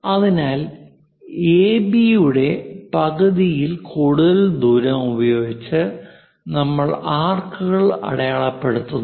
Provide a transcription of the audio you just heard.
അതിനാൽ എബി യുടെ പകുതിയിൽ കൂടുതൽ ദൂരം ഉപയോഗിച്ച് നമ്മൾ ആർക്കുകൾ അടയാളപ്പെടുത്തുന്നു